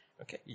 Okay